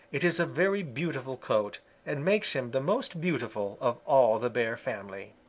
it is a very beautiful coat and makes him the most beautiful of all the bear family.